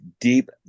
deep